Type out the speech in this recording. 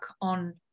on